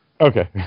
Okay